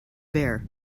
bare